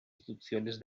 instituciones